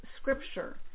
scripture